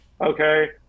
okay